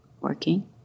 working